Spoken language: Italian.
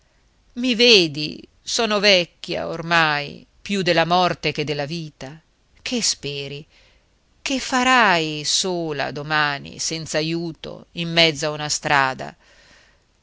i vedi sono vecchia ormai più della morte che della vita che speri che farai sola domani senz'ajuto in mezzo a una strada